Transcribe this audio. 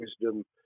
wisdom